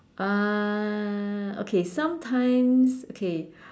uh okay sometimes okay